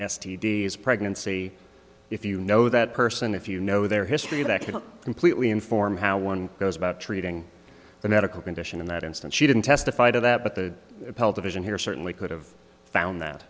is pregnancy if you know that person if you know their history that can completely inform how one goes about treating the medical condition in that instance she didn't testify to that but the appellate division here certainly could have found that